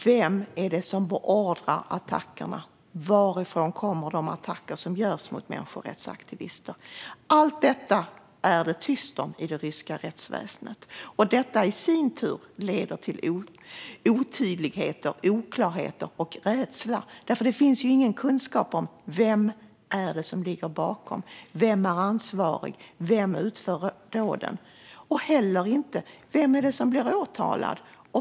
Vem är det som beordrar attackerna? Varifrån kommer de attacker som görs mot människorättsaktivister? Allt detta är det tyst om i det ryska rättsväsendet. Det leder i sin tur till otydligheter, oklarheter och rädsla. Det finns då ingen kunskap om vem som ligger bakom detta. Vem är ansvarig? Vem utför dåden? Vem blir åtalad?